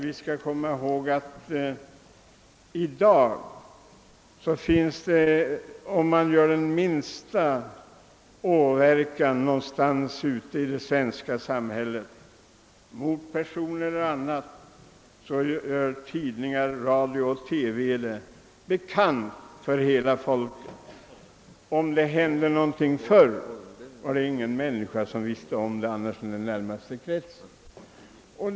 Vi skall komma ihåg att om man i dag gör det minsta brott någonstans ute i det svenska samhället mot person eller egendom: gör tidningar, radio och TV detta bekant för hela folket. När sådant hände förr, var det ingen människa som visste om det utom den närmaste kretsen.